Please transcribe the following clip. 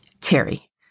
Terry